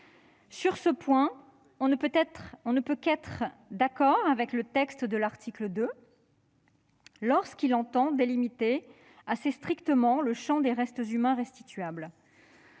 Sur ce point, on ne peut qu'être favorable à l'article 2, puisqu'il entend délimiter assez strictement le champ des restes humains restituables.